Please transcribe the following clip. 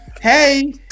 Hey